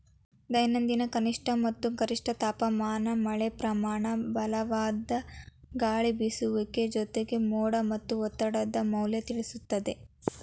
ದೈನಂದಿನ ಕನಿಷ್ಠ ಮತ್ತ ಗರಿಷ್ಠ ತಾಪಮಾನ ಮಳೆಪ್ರಮಾನ ಬಲವಾದ ಗಾಳಿಬೇಸುವಿಕೆ ಜೊತೆಗೆ ಮೋಡ ಮತ್ತ ಒತ್ತಡದ ಮೌಲ್ಯ ತಿಳಿಸುತ್ತದೆ